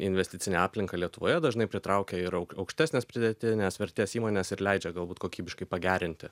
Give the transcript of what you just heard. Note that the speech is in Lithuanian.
investicinę aplinką lietuvoje dažnai pritraukia ir aukštesnes pridėtinės vertės įmones ir leidžia galbūt kokybiškai pagerinti